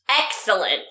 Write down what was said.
Excellent